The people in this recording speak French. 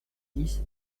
dix